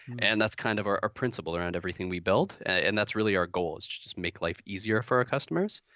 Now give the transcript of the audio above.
and that's kind of our our principle around everything we build. and that's really our goal is to just make life easier for our customers.